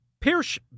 Pierce